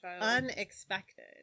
unexpected